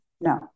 No